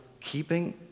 keeping